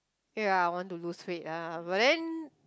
ya I want to lose weight ah but then